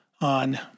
on